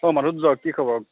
অঁ মাধুৰ্য কি খবৰ